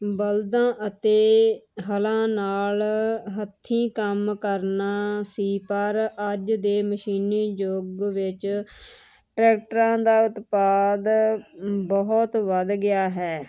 ਬਲਦਾਂ ਅਤੇ ਹਲਾਂ ਨਾਲ ਹੱਥੀਂ ਕੰਮ ਕਰਨਾ ਸੀ ਪਰ ਅੱਜ ਦੇ ਮਸ਼ੀਨੀ ਯੁੱਗ ਵਿੱਚ ਟਰੈਕਟਰਾਂ ਦਾ ਉਤਪਾਦ ਬਹੁਤ ਵੱਧ ਗਿਆ ਹੈ